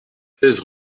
seize